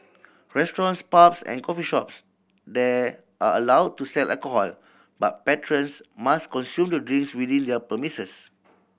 restaurants pubs and coffee shops there are allowed to sell alcohol but patrons must consume the drinks within their premises